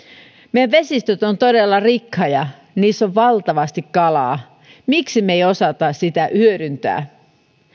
meidän vesistömme ovat todella rikkaita niissä on valtavasti kalaa miksi me emme osaa sitä hyödyntää